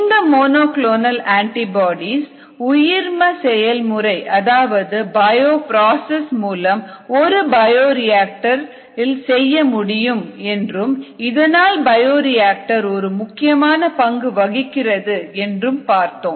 இந்த monoclonal antibodies உயிர்ம செயல்முறை அதாவது பயோபிராசஸ் மூலம் ஒரு பயோரியாக்டரில் செய்ய முடியும் என்றும் இதனால் பயோரியாக்டர் ஒரு முக்கியமான பங்கு வகிக்கிறது என்றும் பார்த்தோம்